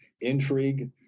intrigue